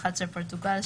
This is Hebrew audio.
פורטוגל,